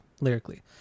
lyrically